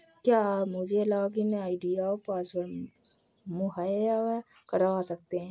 क्या आप मुझे लॉगिन आई.डी और पासवर्ड मुहैय्या करवा सकते हैं?